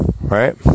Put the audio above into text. Right